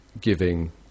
giving